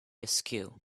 askew